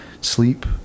Sleep